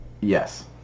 yes